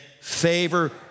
favor